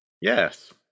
Yes